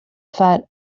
fat